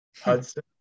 Hudson